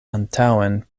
antaŭen